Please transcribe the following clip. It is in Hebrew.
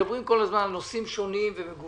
מדברים כל הזמן על נושאים שונים ומגוונים